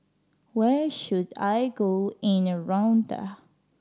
where should I go in Rwanda